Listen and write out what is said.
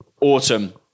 autumn